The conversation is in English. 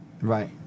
Right